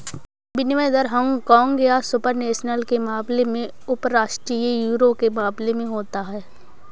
विनिमय दर हांगकांग या सुपर नेशनल के मामले में उपराष्ट्रीय यूरो के मामले में होता है